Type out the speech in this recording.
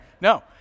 No